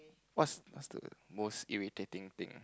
what's what's the most irritating thing